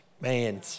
Man